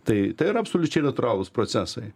tai tai yra absoliučiai natūralūs procesai